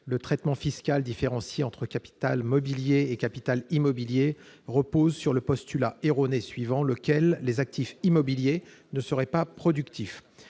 Le traitement fiscal différencié entre capital mobilier et capital immobilier repose sur le postulat erroné suivant lequel les actifs immobiliers ne seraient pas productifs.